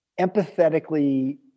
empathetically